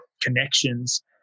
connections